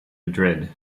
madrid